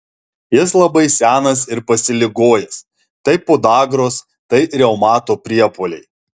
jis labai senas ir pasiligojęs tai podagros tai reumato priepuoliai